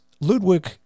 Ludwig